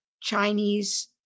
Chinese